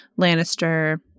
Lannister